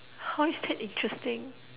how is that interesting